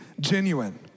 genuine